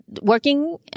working